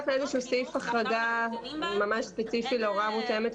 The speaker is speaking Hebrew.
לאיזשהו סעיף החרגה ממש ספציפי להוראה מותאמת,